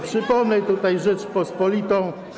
Przypomnę tutaj „Rzeczpospolitą”